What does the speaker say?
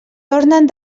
tornen